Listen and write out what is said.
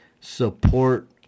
support